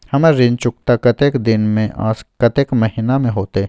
हमर ऋण चुकता कतेक दिन में आ कतेक महीना में होतै?